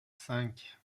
cinq